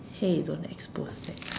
hey don't expose that